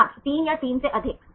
छात्र 3 या 3 से अधिक